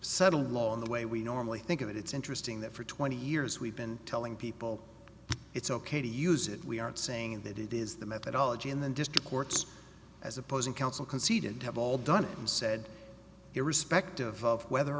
settled law in the way we normally think of it it's interesting that for twenty years we've been telling people it's ok to use it we aren't saying that it is the methodology in the district courts as opposing counsel conceded have all done and said irrespective of whether